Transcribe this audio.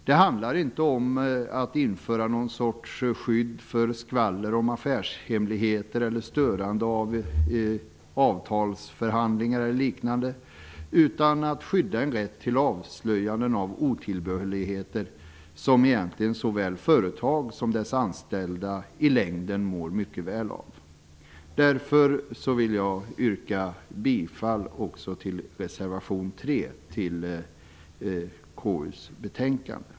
Det handlar inte om att införa någon sorts skydd för att man skall kunna skvallra om affärshemligheter, störa avtalsförhandlingar eller liknande, utan det handlar om att skydda rätten att avslöja otillbörligheter som egentligen såväl företag som deras anställda i längden mår mycket väl av. Därför vill jag yrka bifall också till reservation 3 till KU:s betänkande.